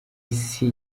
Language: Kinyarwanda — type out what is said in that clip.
isi